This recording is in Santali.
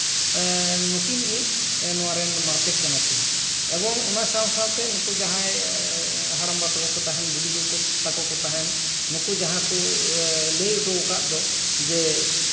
ᱱᱩᱠᱤᱱ ᱜᱮ ᱱᱚᱣᱟ ᱨᱮᱱ ᱢᱟᱬᱛᱮ ᱠᱟᱱᱟ ᱠᱤᱱ ᱮᱵᱚᱝ ᱚᱱᱟ ᱥᱟᱶ ᱥᱟᱶᱛᱮ ᱱᱩᱠᱩ ᱡᱟᱦᱟᱸᱭ ᱦᱟᱲᱟᱢᱵᱟ ᱛᱟᱠᱚ ᱠᱚ ᱛᱟᱦᱮᱱ ᱵᱩᱰᱤᱜᱚ ᱛᱟᱠᱚ ᱠᱚ ᱛᱟᱦᱮᱱ ᱱᱩᱠᱩ ᱡᱟᱦᱟᱸ ᱠᱚ ᱞᱟᱹᱭ ᱦᱚᱴᱚ ᱟᱠᱟᱜ ᱫᱚ ᱡᱮ